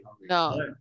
No